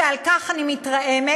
שעל כך אני מתרעמת,